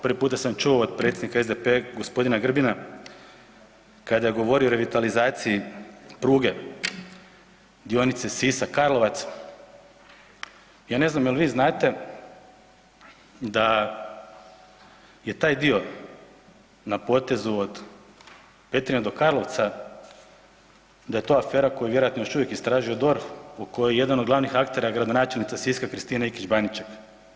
Prvi puta sam čuo od predsjednika SDP-a gospodina Grbina kada je govorio o revitalizaciji pruge dionice Sisak-Karlovac, ja ne znam jel vi znate da je taj dio na potezu od Petrinje do Karlovca da je to afera koju vjerojatno još uvijek istražuje DORH u kojoj je jedan od glavnih aktera gradonačelnica Siska Kristina Ikić Baniček.